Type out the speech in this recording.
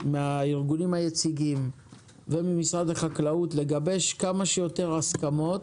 מהארגונים היציגים וממשרד החקלאות לגבש כמה שיותר הסכמות,